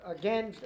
again